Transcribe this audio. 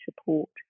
support